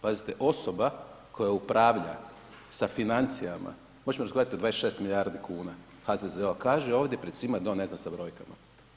Pazite osoba koja upravlja sa financijama, možemo razgovarati o 26 milijardi kuna, HZZO, kaže ovdje pred svima da on ne zna sa brojkama.